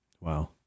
Wow